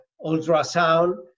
ultrasound